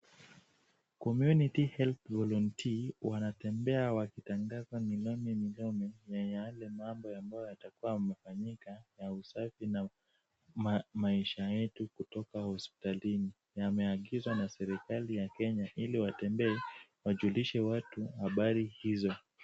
Community Health Voluntee wanatembea wakitangaza na yale mambo yatakuwa yamefanyika ya usafi na maisha yetu kutoka hospitalini. Yameagizwa na serikali ya Kenya ili watembee wajulishe watu habari hizo.